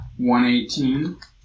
118